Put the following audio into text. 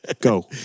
Go